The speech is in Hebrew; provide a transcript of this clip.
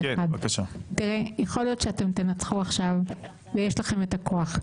יכול להיות שאתם תנצחו עכשיו ויש לכם את הכוח,